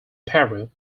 peru